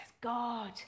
God